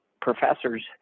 professors